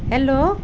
hello